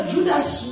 Judas